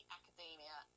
academia